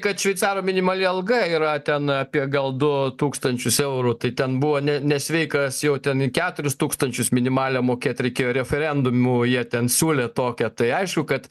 kad šveicaro minimali alga yra ten apie gal du tūkstančius eurų tai ten buvo ne nesveikas jau ten į keturis tūkstančius minimalią mokėt reikėjo referendumu jie ten siūlė tokią tai aišku kad